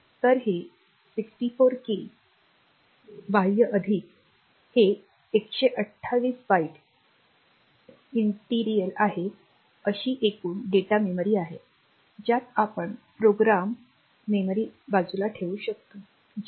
तर हे 64 के बाह्य अधिक हे 128 बाइट इंटिरिअल आहे अशी एकूण डेटा मेमरी आहे ज्यात आपण प्रोग्रॅम मेमरी बाजूला ठेवू शकतो